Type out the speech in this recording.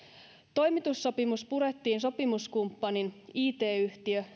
toimitussopimus purettiin sopimuskumppani it yhtiö